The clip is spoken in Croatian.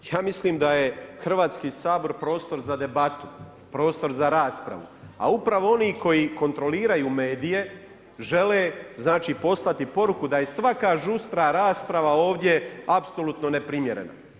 Ja mislim da je Hrvatski sabor prostor za debatu, prostor za raspravu, a upravo oni koji kontroliraju medije žele znači poslati poruku da je svaka žustra rasprava ovdje apsolutno neprimjerena.